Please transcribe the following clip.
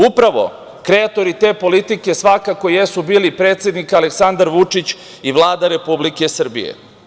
Upravo kreatori te politike svakako jesu bili predsednik Aleksandar Vučić i Vlada Republike Srbije.